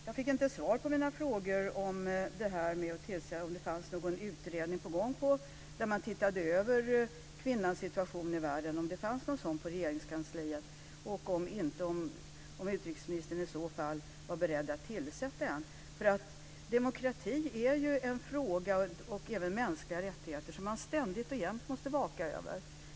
Jag fick inte svar på min fråga om det var någon utredning på gång på Regeringskansliet där man ser över kvinnans situation i världen, och om det inte gjorde det, om utrikesministern i så fall var beredd att tillsätta en sådan utredning. Demokrati och mänskliga rättigheter är frågor som man ständigt och jämt måste vaka över.